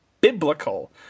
biblical